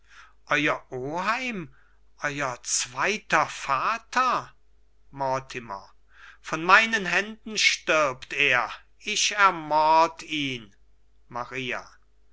euer oheim euer zweiter vater mortimer von meinen händen stirbt er ich ermord ihn maria